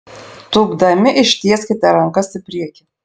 tūpdami ištieskite rankas į priekį